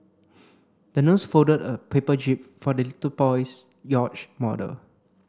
the nurse folded a paper jib for the little boy's yacht model